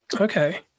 Okay